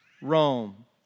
Rome